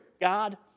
God